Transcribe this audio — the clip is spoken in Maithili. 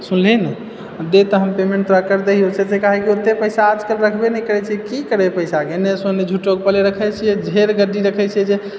सुनलिही ने डेढ़टा हम पेमेंट तोरा कर दै हियौ ओते टाका हय कि ओते पैसा आजकल रखबे नहि करै छै की करबै पैसा के एनेसँ ओने झूठो कहलियै रखै छियै ढ़ेर गज्जिन दिन देखै छियै जे